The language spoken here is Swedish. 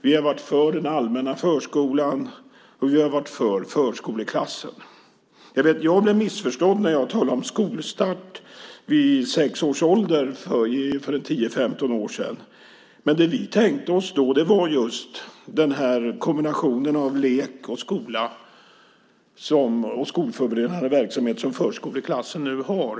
Vi har varit för den allmänna förskolan och vi har varit för förskoleklassen. Jag blev missförstådd när jag talade om skolstart vid sex års ålder för 10-15 år sedan. Men det vi tänkte oss då var just den kombination av lek, skola och skolförberedande verksamhet som förskoleklasserna nu har.